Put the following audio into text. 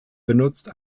benutzt